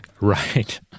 right